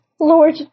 Lord